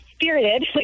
spirited